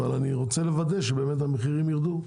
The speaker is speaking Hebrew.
אבל אני רוצה לוודא שבאמת המחירים יירדו,